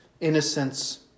innocence